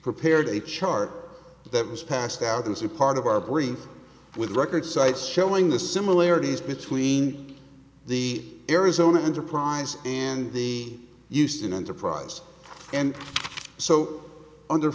prepared a char that was passed out as a part of our brain with record cites showing the similarities between the arizona enterprise and the used in enterprise and so under